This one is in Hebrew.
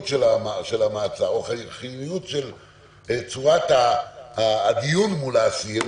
המעצר או חיוניות צורת הדיון מול העציר,